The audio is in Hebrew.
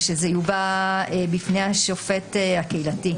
שזה יובא בפני השופט הקהילתי,